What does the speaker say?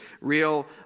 real